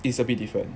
is a bit different